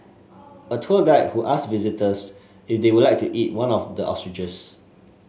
a tour guide who asked visitors if they would like to eat one of the ostriches